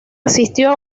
asistió